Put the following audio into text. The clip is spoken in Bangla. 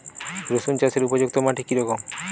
রুসুন চাষের উপযুক্ত মাটি কি রকম?